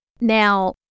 Now